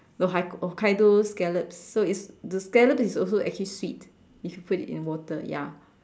no hi~ Hokkaido scallop so it's the scallop is also actually sweet if you put it in the water ya